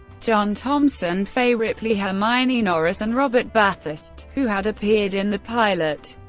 john thomson, fay ripley, hermione norris and robert bathurst who had appeared in the pilot.